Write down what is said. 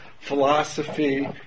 philosophy